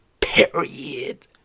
Period